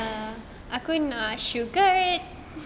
aku nak sugar